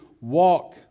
walk